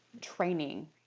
training